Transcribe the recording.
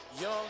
young